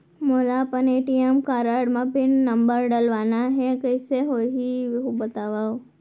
मोला अपन ATM card म पिन नंबर डलवाना हे कइसे होही बतावव?